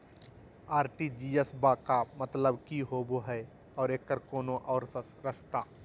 RTGS बा के मतलब कि होबे हय आ एकर कोनो और रस्ता?